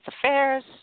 Affairs